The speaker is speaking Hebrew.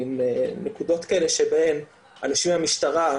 מין נקודות כאלה שבהן אנשים מהמשטרה,